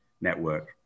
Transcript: network